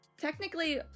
technically